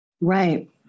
Right